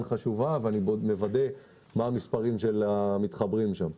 חשובה ואני מוודא מהם המספרים של המתחברים שם.